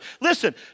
Listen